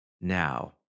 now